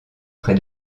près